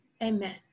Amen